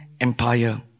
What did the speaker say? Empire